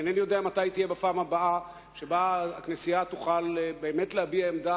ואינני יודע מתי תהיה הפעם הבאה שבה הכנסייה תוכל באמת להביע עמדה